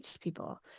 people